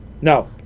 No